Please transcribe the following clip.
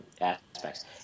aspects